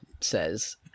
says